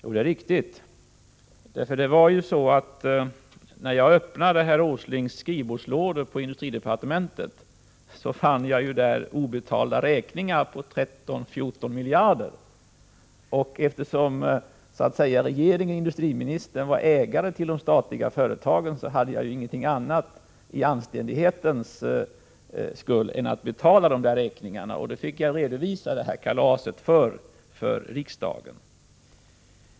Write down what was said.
Ja, det är riktigt, för det var ju så att när jag öppnade herr Åslings skrivbordslådor på industridepartementet fann jag där obetalda räkningar på 13-14 miljarder. Eftersom regeringen och industriministern var ägare till de statliga företagen hade jag i anständighetens namn ingenting annat att göra än att betala räkningarna, och då fick jag redovisa det här kalaset för riksdagen.